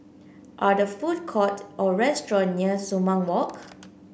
are there food court or restaurant near Sumang Walk